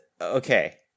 Okay